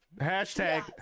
hashtag